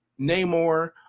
Namor